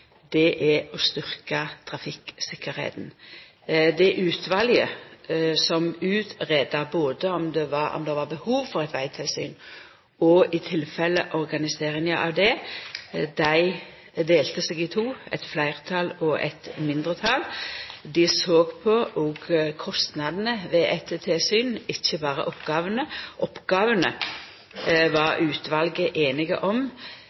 utvalet som greidde ut om det var behov for eit vegtilsyn, og i tilfelle organiseringa av det, delte seg i to, i eit fleirtal og eit mindretal. Dei såg òg på kostnadene ved eit tilsyn, ikkje berre på oppgåvene. Oppgåvene var utvalet einig om. Korleis organiseringa skulle vera, var dei ueinige om, nettopp ut ifrå at her er det snakk om